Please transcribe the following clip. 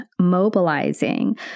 mobilizing